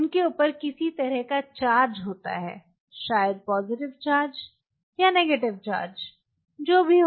उनके ऊपर किसी तरह का चार्ज होता है शायद पॉजिटिव चार्ज या नेगेटिव चार्ज जो भी हो